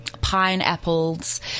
Pineapples